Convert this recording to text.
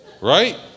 Right